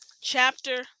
chapter